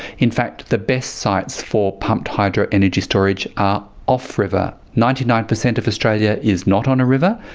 in fact the best sites for pumped hydro energy storage are off-river. ninety nine percent of australia is not on a river.